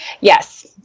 Yes